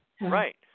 Right